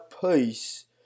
peace